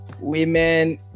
women